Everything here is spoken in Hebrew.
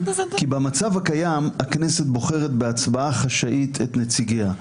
במצב הקיים הכנסת בוחרת בהצבעה חשאית את נציגיה,